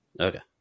Okay